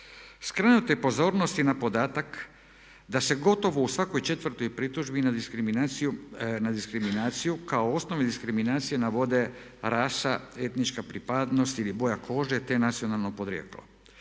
Skrenuta je i pozornost na podatak da se u gotovo svakoj četvrtoj pritužbi na diskriminaciju kao osnove diskriminacije navode rasa, etnička pripadnost ili boja kože, te nacionalno podrijetlo.